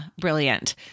brilliant